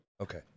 Okay